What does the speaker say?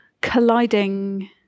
colliding